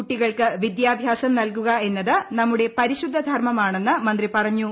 കൂട്ടികൾക്ക് വിദ്യാഭ്യാസം നൽകുക എന്ന് നമ്മുടെ പരിശുദ്ധ ധർമ്മമാണെന്ന് മന്ത്രി പറഞ്ഞു